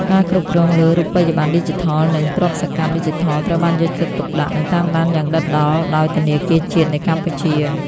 ការគ្រប់គ្រងលើ "រូបិយប័ណ្ណឌីជីថល" និង "ទ្រព្យសកម្មឌីជីថល" ត្រូវបានយកចិត្តទុកដាក់ និងតាមដានយ៉ាងដិតដល់ដោយធនាគារជាតិនៃកម្ពុជា។